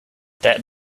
that